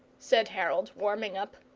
said harold, warming up,